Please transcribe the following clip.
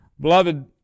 Beloved